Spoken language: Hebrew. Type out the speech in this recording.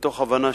מזל